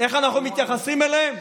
איך אנחנו מתייחסים אליהם?